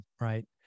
right